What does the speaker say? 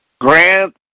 Grant